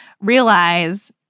realize